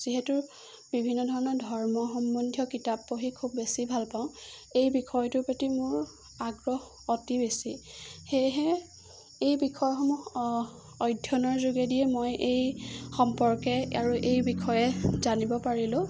যিহেতু বিভিন্ন ধৰণৰ ধৰ্ম সম্বন্ধীয় কিতাপ পঢ়ি খুব বেছি ভাল পাওঁ এই বিষয়টোৰ প্ৰতি মোৰ আগ্ৰহ অতি বেছি সেয়েহে এই বিষয়সমূহ অধ্যয়নৰ যোগেদিয়ে মই এই সম্পৰ্কে আৰু এই বিষয়ে জানিব পাৰিলোঁ